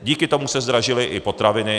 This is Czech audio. Díky tomu se zdražily i potraviny.